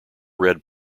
red